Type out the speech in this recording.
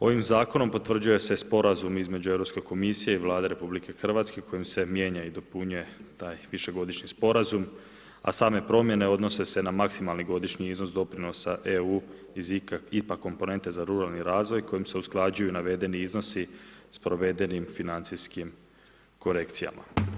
Ovim zakonom, potvrđuje se sporazum između Europske komisije i Vlade RH, kojim se mijenja i dopunjuje taj višegodišnji sporazum, a same promjene odnosi se na maksimalni godišnji iznos doprinosa EU, iz IPA komponente ruralni razvoj, kojim se usklađuju navedeni iznosi s provedenim financijskim korekcijama.